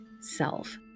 self